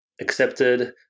accepted